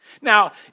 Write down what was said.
Now